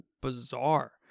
bizarre